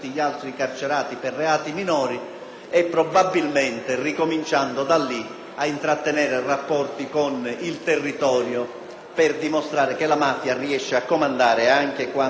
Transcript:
probabilmente ricominciando da lì a intrattenere rapporti con il territorio per dimostrare che la mafia riesce a comandare anche quando è detenuta nelle patrie galere.